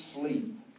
sleep